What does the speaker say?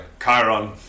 Chiron